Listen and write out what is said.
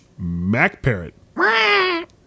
macparrot